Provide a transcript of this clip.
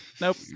nope